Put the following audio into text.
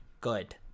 good